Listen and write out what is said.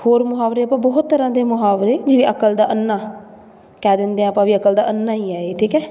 ਹੋਰ ਮੁਹਾਵਰੇ ਆਪਾਂ ਬਹੁਤ ਤਰ੍ਹਾਂ ਦੇ ਮੁਹਾਵਰੇ ਜਿਵੇਂ ਅਕਲ ਦਾ ਅੰਨ੍ਹਾ ਕਹਿ ਦਿੰਦੇ ਆਪਾਂ ਵੀ ਅਕਲ ਦਾ ਅੰਨ੍ਹਾ ਹੀ ਹੈ ਇਹ ਠੀਕ ਹੈ